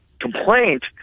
complaint